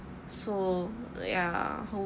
so ya